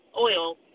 oil